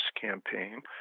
campaign